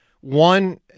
One